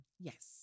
Yes